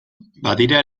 badira